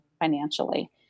financially